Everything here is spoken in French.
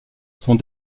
sont